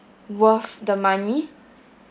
worth the money